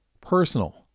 personal